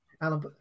Alan